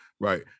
Right